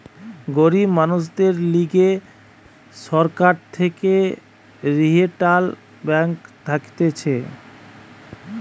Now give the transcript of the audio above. গরিব মানুষদের লিগে সরকার থেকে রিইটাল ব্যাঙ্ক থাকতিছে